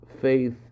faith